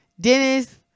Dennis